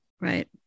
right